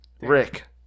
Rick